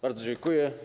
Bardzo dziękuję.